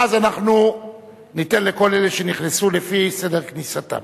ואז אנחנו ניתן לכל אלה שנכנסו לפי סדר כניסתם.